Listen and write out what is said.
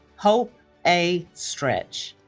hope a. stretch